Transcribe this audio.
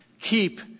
keep